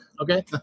Okay